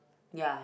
ya